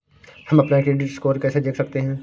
हम अपना credit score कैसे देख सकते हैं?